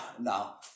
Now